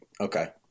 Okay